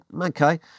Okay